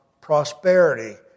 prosperity